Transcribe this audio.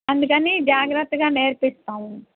అందుకని జాగ్రత్తగా నేర్పిస్తాము